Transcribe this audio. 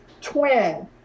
twin